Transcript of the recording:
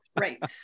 Right